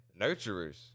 nurturers